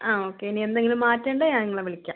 ആ ഓക്കെ ഇനി എന്തെങ്കിലും മാറ്റൊണ്ടേൽ ഞാൻ നിങ്ങളെ വിളിക്കാം